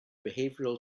behavioural